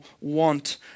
want